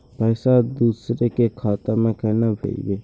पैसा दूसरे के खाता में केना भेजबे?